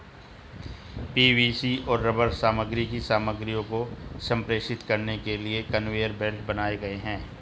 PVC और rubber सामग्री की सामग्रियों को संप्रेषित करने के लिए कन्वेयर बेल्ट बनाए गए हैं